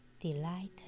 delighted